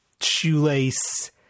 shoelace